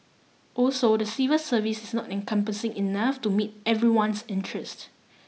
also the civil service is not encompassing enough to meet everyone's interest